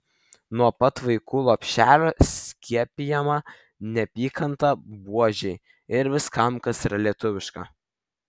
nuo pat vaikų lopšelio skiepijama neapykanta buožei ir viskam kas yra lietuviška